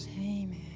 Amen